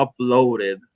uploaded